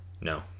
no